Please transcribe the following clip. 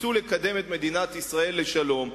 ניסו לקדם את מדינת ישראל לשלום,